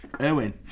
Erwin